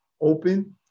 open